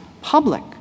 public